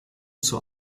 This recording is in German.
zur